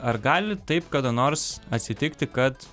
ar gali taip kada nors atsitikti kad